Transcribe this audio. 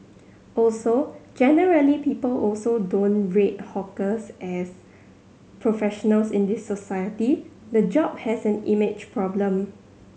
also generally people also don't rate hawkers as professionals in this society the job has an image problem